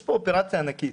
יש פה אופרציה ענקית.